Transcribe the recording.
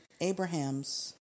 abraham's